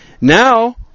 Now